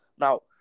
Now